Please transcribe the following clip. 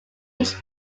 each